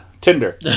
Tinder